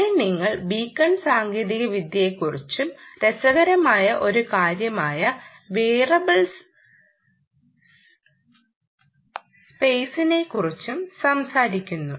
ഇവിടെ നിങ്ങൾ ബീക്കൺ സാങ്കേതികവിദ്യയെക്കുറിച്ചും രസകരമായ ഒരു കാര്യമായ വേരിയബിൾ സ്പെയ്സിനെക്കുറിച്ചും സംസാരിക്കുന്നു